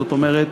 זאת אומרת,